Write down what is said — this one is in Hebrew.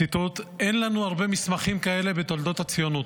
ציטוט: אין לנו הרבה מסמכים כאלה בתולדות הציונות.